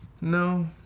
No